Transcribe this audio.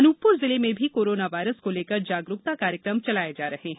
अनूपपुर जिले में भी कोरोना वायरस को लेकर जागरूकता कार्यक्रम चलाये जा रहे हैं